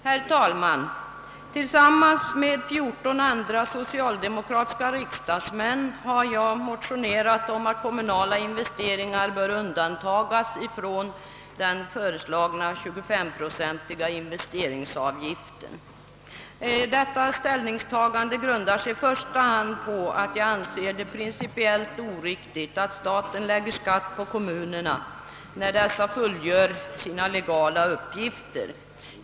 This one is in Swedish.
Herr talman! Tillsammans med fjor ton andra socialdemokratiska riksdagsmän har jag motionerat om att kommunala investeringar bör undantagas från den föreslagna 25-procentiga investeringsavgiften. Detta ställningstagande grundar sig i första hand på att jag anser det principiellt oriktigt att staten lägger skatt på kommunerna när dessa fullgör sina legala uppgifter.